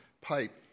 pipe